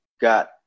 got